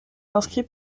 inscrits